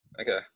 Okay